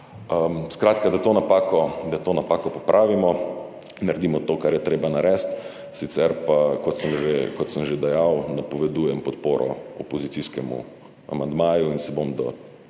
Skratka, da to napako popravimo, naredimo to, kar je treba narediti. Sicer pa, kot sem že dejal, napovedujem podporo opozicijskemu amandmaju in se bom do